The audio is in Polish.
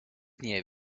nie